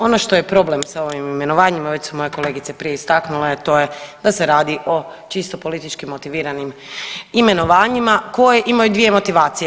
Ono što je problem sa ovim imenovanja već su moje kolegice prije istaknule, a to je da se radi o čisto politički motiviranim imenovanjima koje imaju dvije motivacije.